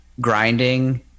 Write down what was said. grinding